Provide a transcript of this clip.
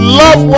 love